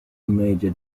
major